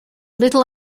little